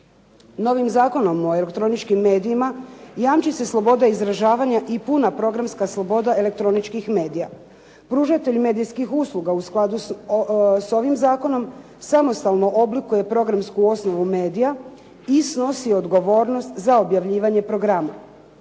Novim Zakonom o elektroničkim medijima jamči se sloboda izražavanja i puna programska sloboda elektroničkih medija. Pružatelj medijskih usluga u skladu s ovim zakonom samostalno oblikuje programsku osnovu medija i snosi odgovornost za objavljivanje programa.